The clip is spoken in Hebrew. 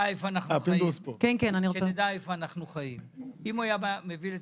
אם הוא היה מביא את